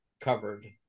covered